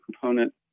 component